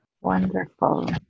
wonderful